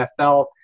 NFL